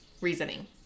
reasoning